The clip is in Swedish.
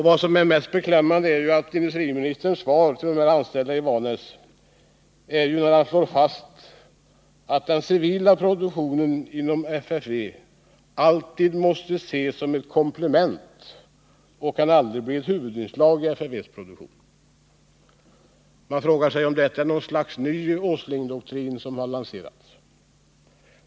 Vad som är mest beklämmande i industriministerns svar till de anställda vid Vanäsverken är att han slår fast att den civila produktionen inom FFV alltid måste ses som ett komplement och aldrig kan bli ett huvudinslag i FFV:s produktion. Man frågar sig om det är något slags ny Åslingdoktrin som har lanserats.